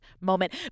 moment